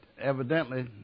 evidently